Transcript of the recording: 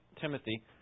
Timothy